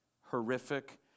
horrific